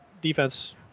defense